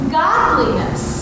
godliness